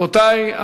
רבותי,